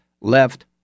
left